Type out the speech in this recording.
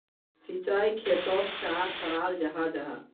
सिंचाई खेतोक चाँ कराल जाहा जाहा?